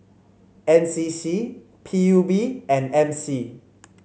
N C C P U B and M C